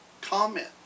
comment